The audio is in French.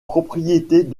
propriétés